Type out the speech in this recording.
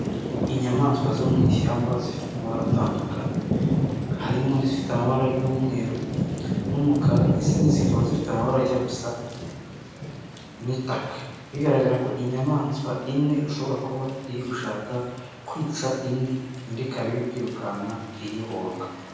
Inyamaswa zo mu ishyamba zifite amabaratandukanye, harimo i zifite amabara y'umweru n'umukara, izindi zikaba zifite amabara ajya gusa n'itaka. Bigaragara ko inyamaswa imwe ishobora kuba iri gushaka kwica indi, indi ikaba iri kwirukanka iyihunga.